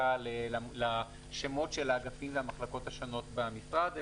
בחקיקה לשמות של האגפים והמחלקות השונות במשרד,